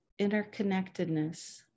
interconnectedness